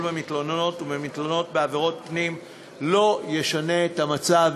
במתלוננות ובמתלוננים בעבירות מין לא ישתנה המצב,